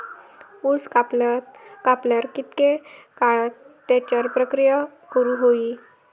ऊस कापल्यार कितके काळात त्याच्यार प्रक्रिया करू होई?